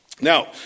Now